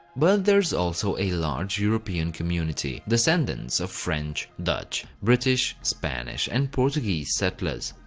but there's also a large european community, descendants of french, dutch, british, spanish and portuguese settlers.